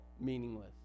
meaningless